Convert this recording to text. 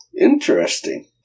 Interesting